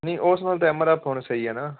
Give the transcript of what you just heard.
ਨਹੀਂ ਉਸ ਨਾਲੋਂ ਤਾਂ ਐੱਮ ਆਰ ਐੱਫ ਪਾਉਣਾ ਸਹੀ ਐ ਨਾ